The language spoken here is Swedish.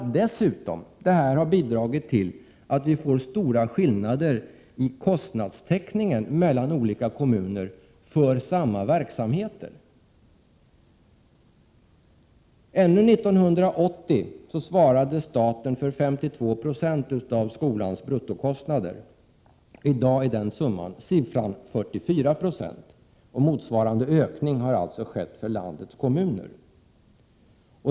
Dessutom har detta bidragit till att vi får stora skillnader i kostnadstäckningen mellan olika kommuner för samma verksamheter. Ännu 1980 svarade staten för 52 96 av skolans bruttokostnader. I dag är den siffran 44 96, och motsvarande kostnadsökning har alltså skett för landets kommuner.